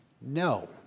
No